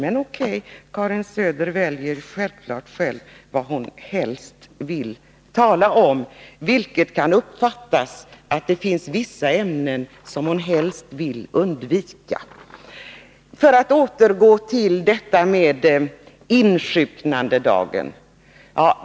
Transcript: Men Karin Söder väljer självfallet själv vad hon helst vill tala om, vilket kan uppfattas som att det finns vissa ämnen som hon helst vill undvika. Låt mig återgå till detta med insjuknandedagen.